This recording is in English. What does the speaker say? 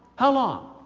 how long?